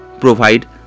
provide